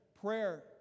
Prayer